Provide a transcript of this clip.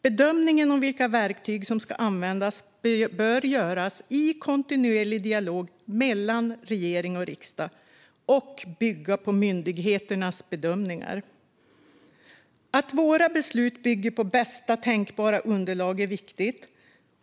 Bedömningen av vilka verktyg som ska användas bör göras i kontinuerlig dialog mellan regering och riksdag och bygga på myndigheternas bedömningar. Att våra beslut bygger på bästa tänkbara underlag är viktigt.